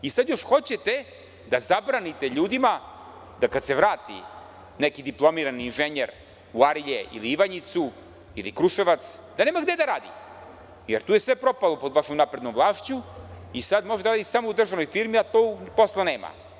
I sad još hoćete da zabranite ljudima da kad se vrati neki diplomirani inženjer u Arilje ili Ivanjicu ili Kruševac, da nema gde da radi, jer tu je sve propalo pod vašom naprednom vlašću i sada može da radi samo u državnoj firmi, a tu posla nema.